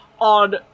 on